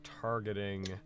targeting